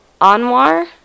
Anwar